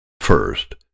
First